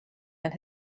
and